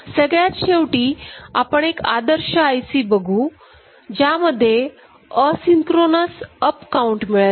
सगळ्यात शेवटी आपण एक आदर्श IC बघू ज्यामध्ये असिंक्रोनस अप् काउंट मिळेल